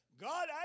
God